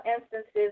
instances